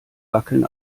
wackeln